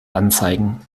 anzeigen